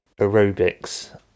aerobics